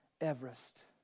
Everest